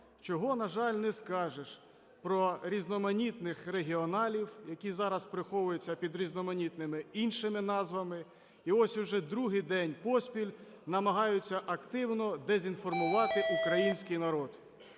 чого, на жаль, не скажеш про різноманітних "регіоналів", які зараз приховуються під різноманітними іншими назвами і ось уже другий день поспіль намагаються активно дезінформувати український народ.